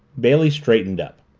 bailey straightened up.